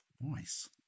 nice